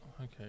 okay